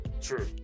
True